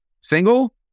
single